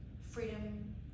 freedom